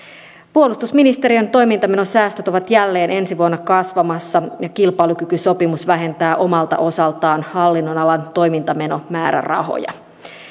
puolustusministeriön toimintamenosäästöt ovat jälleen ensi vuonna kasvamassa ja kilpailukykysopimus vähentää omalta osaltaan hallinnonalan toimintamenomäärärahoja